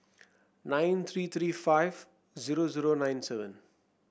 nine three three five zero zero nine seven